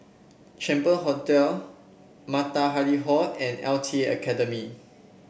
Champion Hotel Matahari Hall and L T A Academy